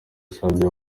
yasabye